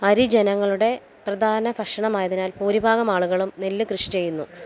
അരി ജനങ്ങളുടെ പ്രധാന ഭക്ഷണമായതിനാൽ ഭൂരിഭാഗം ആളുകളും നെല്ല് കൃഷി ചെയ്യുന്നു